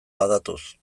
badatoz